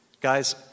Guys